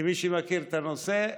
כמי שמכיר את הנושא,